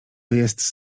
jest